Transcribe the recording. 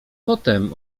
potem